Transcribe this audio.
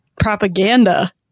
propaganda